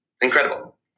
Incredible